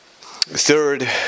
third